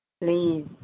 please